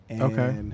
Okay